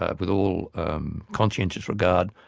ah with all um conscientious regard,